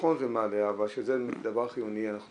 נכון זה --- שזה דבר חיוני אנחנו